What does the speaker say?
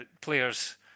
players